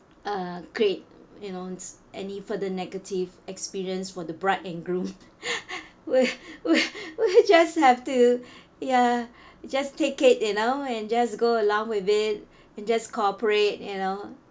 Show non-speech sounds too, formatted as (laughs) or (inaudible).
uh create you know any further negative experience for the bride and groom (laughs) we we we just have to ya just take it you know and just go along with it and just cooperate you know